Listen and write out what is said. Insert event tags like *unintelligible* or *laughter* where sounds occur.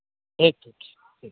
ᱴᱷᱤᱠ *unintelligible*